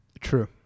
true